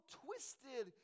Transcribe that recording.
twisted